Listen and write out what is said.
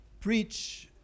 preach